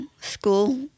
school